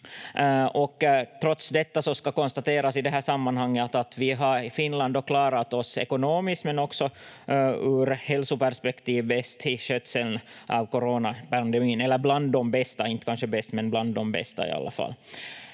Trots detta så ska det konstateras i det här sammanhanget att vi i Finland har klarat oss ekonomiskt men också ur hälsoperspektiv bäst i skötseln av coronapandemin, eller bland de bästa — inte kanske bäst, men bland de bästa i alla fall.